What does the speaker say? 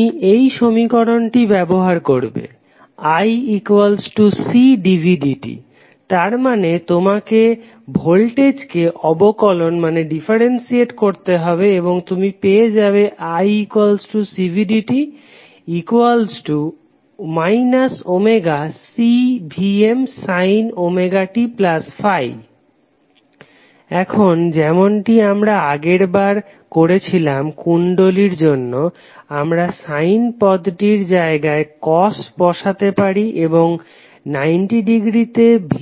তুমি এই সমীকরণটি ব্যবহার করবে iCdvdt তার মানে তোমাকে ভোল্টেজকে অবকলন করতে হবে এবং তুমি পেয়ে যাবে iCdvdt ωCVmsin ωt∅ এখন যেমনটি আমরা আগের বার করেছিলাম কুণ্ডলীর জন্য আমরা sin পদটির জায়গায় cos বসাতে পারি এবং 90 ডিগ্রী তে V